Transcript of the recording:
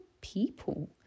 people